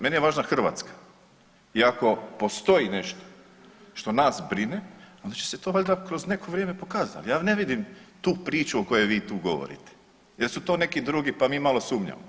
Meni je važna Hrvatska i ako postoji nešto što nas brine onda će se to valjda kroz neko vrijeme pokazati, ali ne vidim tu priču o kojoj vi tu govorite jer su to neki drugi pa mi malo sumnjamo.